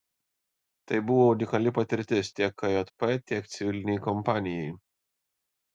tai buvo unikali patirtis tiek kjp tiek civilinei kompanijai